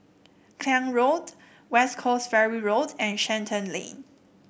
Klang Road West Coast Ferry Road and Shenton Lane